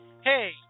Hey